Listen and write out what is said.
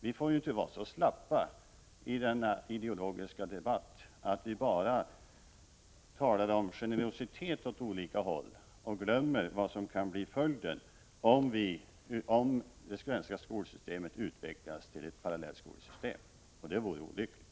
Vi får ju inte vara så slappa i denna ideologiska debatt 20 november 1985 att vi bara talar om generositet åt olika håll och glömmer vad som kan bli = ZY goädoes. följden, om det svenska skolsystemet utvecklas till ett parallellskolesystem. Det vore olyckligt.